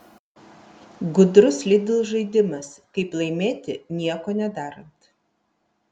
gudrus lidl žaidimas kaip laimėti nieko nedarant